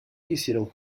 quisieron